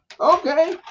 Okay